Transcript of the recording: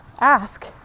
ask